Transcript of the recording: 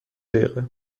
دقیقه